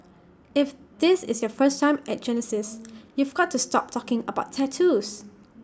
if this is your first time at Genesis you've got to stop talking about tattoos